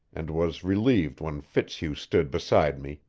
and was relieved when fitzhugh stood beside me,